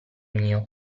mio